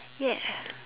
yes